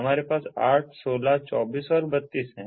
हमारे पास 8 16 24 और 32 है